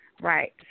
Right